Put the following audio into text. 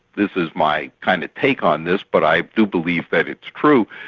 this is my kind of take on this but i do believe that it's true,